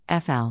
FL